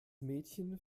mädchen